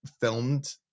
filmed